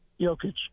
Jokic